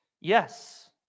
Yes